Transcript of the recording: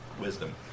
Wisdom